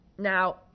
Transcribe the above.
Now